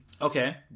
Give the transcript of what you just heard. Okay